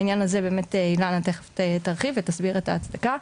בעניין הזה באמת אילנה תיכף תרחיב ותסביר את ההצדקה.